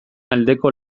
aldeko